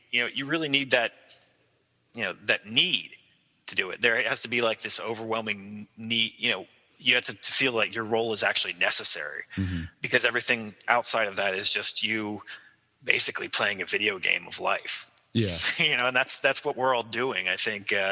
you know you really need that you know that need to do it. it has to be like this overwhelming, you know you have to to feel like, your role is actually necessary because everything outside of that is just, you basically playing a video game of life yeah you know and that's that's what we're all doing. i think,